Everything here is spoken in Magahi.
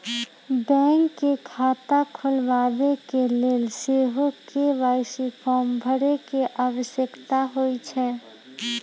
बैंक मे खता खोलबाबेके लेल सेहो के.वाई.सी फॉर्म भरे के आवश्यकता होइ छै